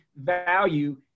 value